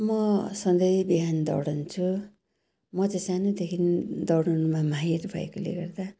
म सधैँ बिहान दौडन्छु म चाहिँ सानैदेखि दौडनुमा माहिर भएकोले गर्दा